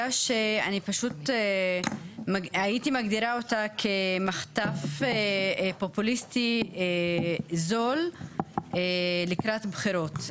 הייתי מגדירה את הסוגיה כמחטף פופוליסטי זול לקראת בחירות.